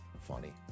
funny